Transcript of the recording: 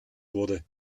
wurde